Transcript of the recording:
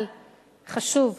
אבל חשוב,